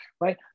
right